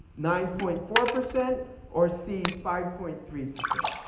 nine point four percent or c, five point three percent?